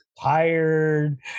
Tired